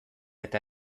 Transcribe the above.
eta